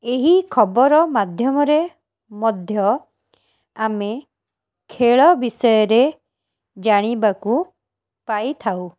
ଏହି ଖବର ମାଧ୍ୟମରେ ମଧ୍ୟ ଆମେ ଖେଳ ବିଷୟରେ ଜାଣିବାକୁ ପାଇଥାଉ